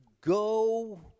Go